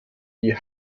die